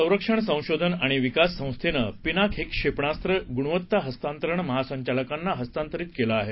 संरक्षण संशोधन आणि विकास संस्थेने पिनाक हे क्षेपणासत्र गुणवत्ता हस्तांतरण महासंचालकांना हस्तांतरित केल आहे